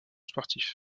sportifs